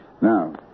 Now